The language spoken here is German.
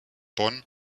bonn